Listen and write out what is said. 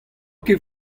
ket